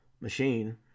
machine